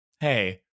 hey